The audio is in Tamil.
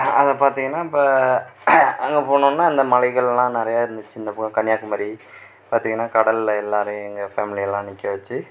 அதை பார்த்திங்கன்னா இப்போ அங்ககே போனோம்னா அந்த மலைகள்லாம் நிறையா இருந்துச்சு இந்த கன்னியாகுமரி பார்த்திங்கன்னா கடலில் எல்லோரும் எங்கள் ஃபேம்லியெல்லாம் நிற்க வச்சு